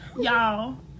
y'all